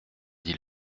dit